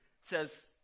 says